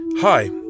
Hi